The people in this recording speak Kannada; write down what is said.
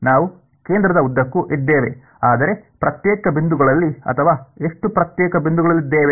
ನಾವು ಕೇಂದ್ರದ ಉದ್ದಕ್ಕೂ ಇದ್ದೇವೆ ಆದರೆ ಪ್ರತ್ಯೇಕ ಬಿಂದುಗಳಲ್ಲಿ ಅಥವಾ ಎಷ್ಟು ಪ್ರತ್ಯೇಕ ಬಿಂದುಗಳಲ್ಲಿದ್ದೇವೆ